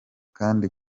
kandi